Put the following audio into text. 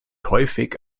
häufig